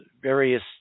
various